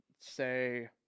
say